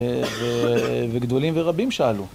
וגדולים ורבים שאלו.